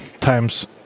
times